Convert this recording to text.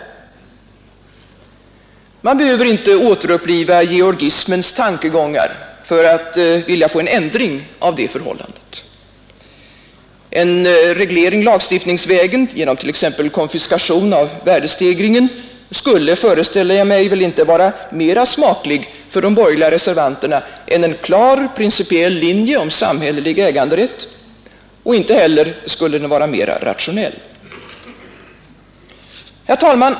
Man behöver inte återuppliva georgismens tankegångar för att vilja få en ändring av detta förhållande. En reglering lagstiftningsvägen genom t.ex. konfiskation av värdestegringen skulle, föreställer jag mig, väl inte vara mera smaklig för de borgerliga reservanterna än en klar principiell linje om samhällelig äganderätt; inte heller skulle den vara mer rationell. Herr talman!